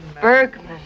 Bergman